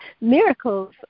Miracles